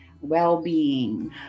well-being